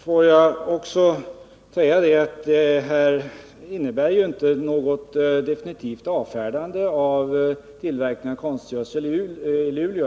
Får jag också säga att detta inte innebär något definitivt avfärdande av tillverkningen av konstgödsel i Luleå.